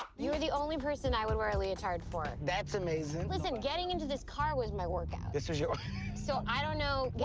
you're the only person i would wear a leotard for. that's amazing. listen, getting into this car was my workout. this was your so, i don't know, yeah